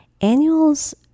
Annuals